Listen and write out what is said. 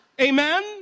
amen